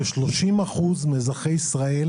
20% ל-30% מאזרחי ישראל,